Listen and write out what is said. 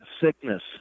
sickness